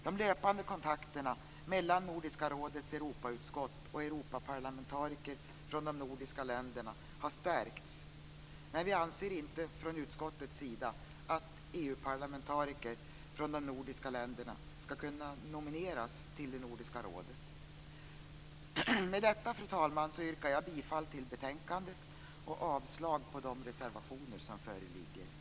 De löpande kontakterna mellan Nordiska rådets Europautskott och Europaparlamentariker från de nordiska länderna har stärkts, men vi anser inte från utskottets sida att EU-parlamentariker från de nordiska länderna ska kunna nomineras till Nordiska rådet. Med detta, fru talman, yrkar jag bifall till utskottets hemställan och avslag på de reservationer som föreligger.